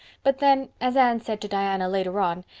but then, as anne said to diana later on,